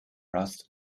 rust